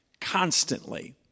constantly